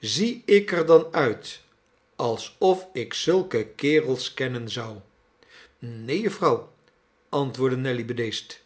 zie ik er dan uit alsof ik zulke kerels kennen zou neen jufvrouw antwoordde nelly bedeesd